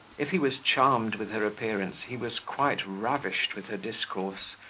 if he was charmed with her appearance, he was quite ravished with her discourse,